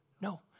No